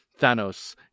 Thanos